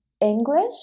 english